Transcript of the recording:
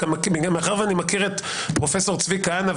מאחר שאני מכיר את פרופ' צבי כהנא,